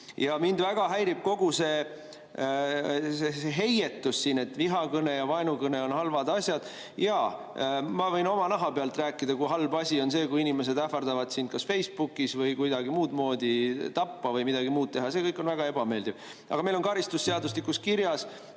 Mind väga häirib kogu see heietus siin, et vihakõne ja vaenukõne on halvad asjad. Jaa, ma võin omal nahal kogetu pealt rääkida, kui halb asi on see, kui inimesed ähvardavad sind kas Facebookis või kuidagi muud moodi tappa või midagi muud teha. See kõik on väga ebameeldiv. Aga meil on karistusseadustikus kirjas,